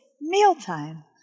mealtime